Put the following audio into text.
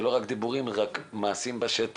זה לא רק דיבורים, רק מעשים בשטח.